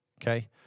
okay